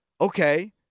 okay